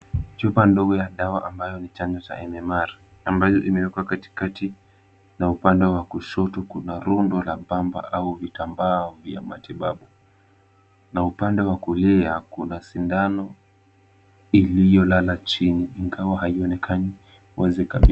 Chupa ndogo ya dawa ambayo ni chanjo cha MMR ambayo imewekwa katikati na upande wa kushoto kuna rundo la pamba au vitambaa vya matibabu na upande wa kulia kuna sindano iliyolala chini ingawa haionekani wazi kabisa.